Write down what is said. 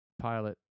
Pilot